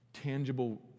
tangible